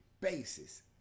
basis